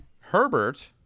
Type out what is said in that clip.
Herbert